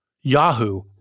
Yahoo